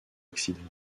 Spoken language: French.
accident